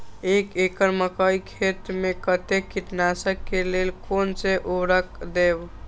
एक एकड़ मकई खेत में कते कीटनाशक के लेल कोन से उर्वरक देव?